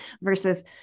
versus